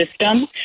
system